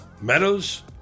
Meadows